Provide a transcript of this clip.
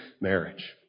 marriage